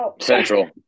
Central